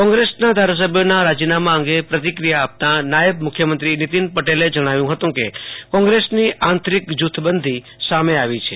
કોંગ્રેસના ધારા સભ્યોના રાજીનામાં અંગે પ્રતિક્રિયા આપતા નાયબ મુખ્યમંત્રી નીતિન પટેલે જણાવ્યુ હતું કે કોંગ્રેસની આંતરિક જુથબંધી સામે આવી છે